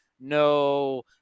no